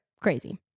crazy